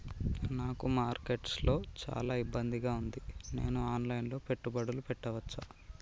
నాకు మార్కెట్స్ లో చాలా ఇబ్బందిగా ఉంది, నేను ఆన్ లైన్ లో పెట్టుబడులు పెట్టవచ్చా?